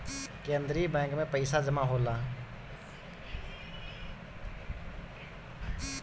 केंद्रीय बैंक में पइसा जमा होला